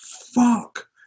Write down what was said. fuck